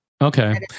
Okay